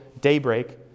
daybreak